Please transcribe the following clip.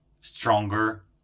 stronger